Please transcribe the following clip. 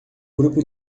grupo